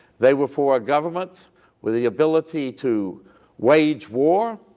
they were for a government with the ability to wage war,